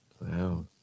Wow